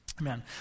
Amen